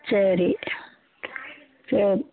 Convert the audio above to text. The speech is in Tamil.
சரி சரி